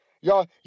Y'all